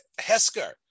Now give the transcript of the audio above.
Hesker